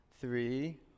three